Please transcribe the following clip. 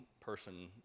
person